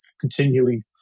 continually